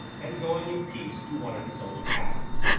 and going in peace to one of his own castles.